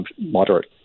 moderate